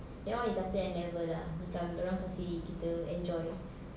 that one is after N level lah macam dia orang kasih kita enjoy